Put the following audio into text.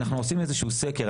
אנחנו עושים איזה שהוא סקר.